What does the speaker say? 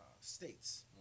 states